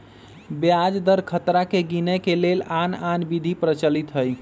ब्याज दर खतरा के गिनेए के लेल आन आन विधि प्रचलित हइ